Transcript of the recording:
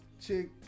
Chick